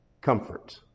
comfort